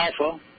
alpha